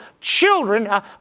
children